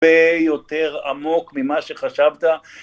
‫הרבה יותר עמוק ממה שחשבת.